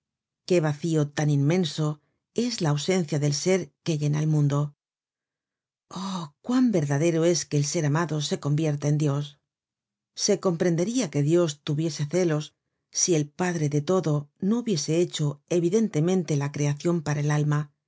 qué vacío tan inmenso es la ausencia del ser que llena el mundo oh cuán verdadero es que el ser amado se convierte en dios se comprendería que dios tuviese celos si el padre de todo no hubiese hecho evidentemente la creacion para el alma